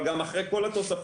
אבל גם אחרי כל התוספות,